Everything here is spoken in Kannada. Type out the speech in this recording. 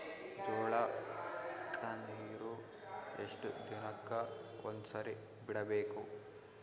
ಜೋಳ ಕ್ಕನೀರು ಎಷ್ಟ್ ದಿನಕ್ಕ ಒಂದ್ಸರಿ ಬಿಡಬೇಕು?